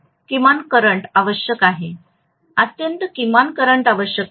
किमान करंट आवश्यक आहे अत्यंत किमान करंट आवश्यक आहे